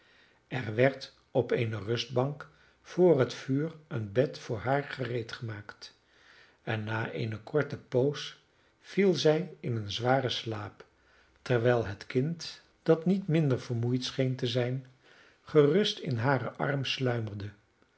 er werd op eene rustbank voor het vuur een bed voor haar gereedgemaakt en na eene korte poos viel zij in een zwaren slaap terwijl het kind dat niet minder vermoeid scheen te zijn gerust in haren arm sluimerde